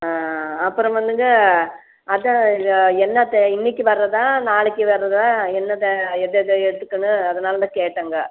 ஆ ஆ அப்புறம் வந்துங்க அதுதான் என்னாத்தை இன்றைக்கு வர்றதா நாளைக்கு வர்றதா என்னாத்தை எததை எடுத்துக்கணும் அதனாலதான் கேட்டேங்க